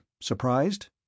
Surprised